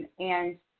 and